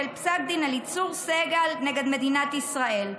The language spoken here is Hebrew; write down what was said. של פסק דין אליצור סגל נגד מדינת ישראל.